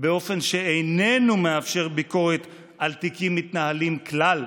באופן שאיננו מאפשר ביקורת על תיקים מתנהלים כלל,